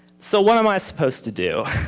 so what am i supposed to do?